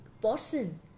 person